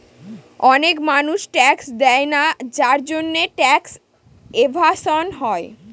অনেক মানুষ ট্যাক্স দেয়না যার জন্যে ট্যাক্স এভাসন হয়